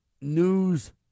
news